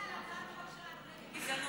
תצביע על הצעת החוק שלנו נגד גזענות.